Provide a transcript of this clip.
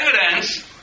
evidence